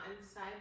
inside